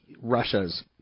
Russia's